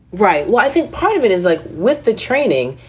right. well, i think part of it is like with the training,